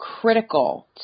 critical